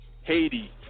Haiti